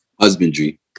husbandry